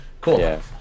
cool